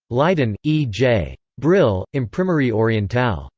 leyden e j. brill, imprimerie orientale.